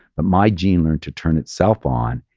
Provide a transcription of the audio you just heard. but my gene learned to turn itself on,